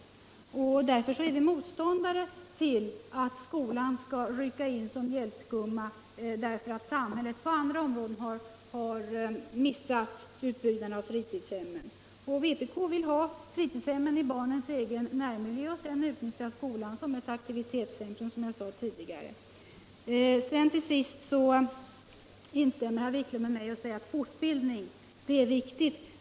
Mot den bakgrunden är vi motståndare till att skolan skall rycka in som hjälpgumma därför att samhället på andra områden har missat utbyggnaden av fritidshemmen. Vpk vill ha fritidshemmen i barnens egen närmiljö och sedan utnyttja skolan som ett aktivitetscentrum, som jag sade tidigare. Till sist instämde herr Wiklund med mig och sade att fortbildning är viktigt.